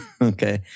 Okay